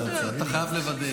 אתה חייב לוודא.